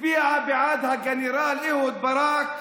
הצביעה בעד הגנרל אהוד ברק,